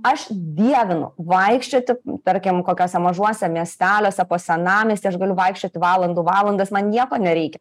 aš dievinu vaikščioti tarkim kokiose mažuose miesteliuose po senamiestį aš galiu vaikščioti valandų valandas man nieko nereikia